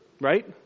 Right